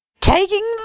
Taking